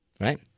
right